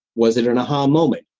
was it an a-ha um moment?